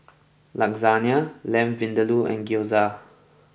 Lasagne Lamb Vindaloo and Gyoza